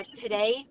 today